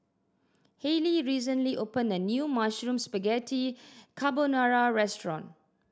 Hayley recently opened a new Mushroom Spaghetti Carbonara Restaurant